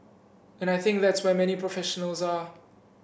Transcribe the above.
and I think that's where many professionals are